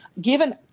Given